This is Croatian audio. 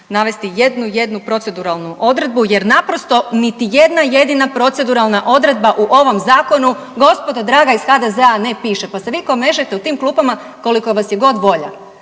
navesti jednu, jednu proceduralnu odredbu jer naprosto niti jedna jedina proceduralna odredba u ovom Zakonu, gospodo draga iz HDZ-a, ne piše, pa se vi komešajte u tim klupama koliko vas je god volja.